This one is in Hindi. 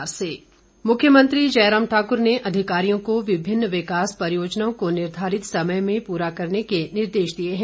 मुख्यमंत्री मुख्यमंत्री जयराम ठाकुर ने अधिकारियों को विभिन्न विकास परियोजनाओं को निर्धारित समय में पूरा करने के निर्देश दिए है